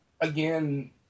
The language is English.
again